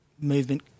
movement